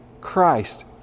Christ